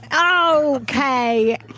Okay